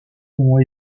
ont